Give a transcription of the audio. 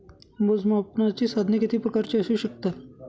मोजमापनाची साधने किती प्रकारची असू शकतात?